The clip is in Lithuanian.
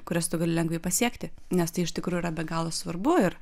kurias tu gali lengvai pasiekti nes tai iš tikrųjų yra be galo svarbu ir